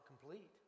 complete